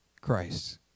Christ